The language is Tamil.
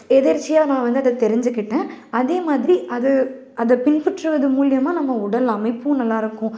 எதேர்ச்சியா நான் வந்து அதை தெரிஞ்சுக்கிட்டேன் அதேமாதிரி அது அதை பின்பற்றுவது மூலயமா நம்ம உடல் அமைப்பும் நல்லாயிருக்கும்